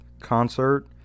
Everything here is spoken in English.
concert